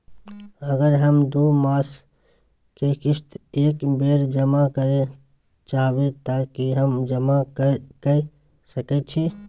अगर हम दू मास के किस्त एक बेर जमा करे चाहबे तय की हम जमा कय सके छि?